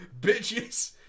bitches